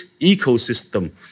ecosystem